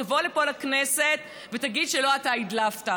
תבוא לפה, לכנסת, ותגיד שלא אתה הדלפת.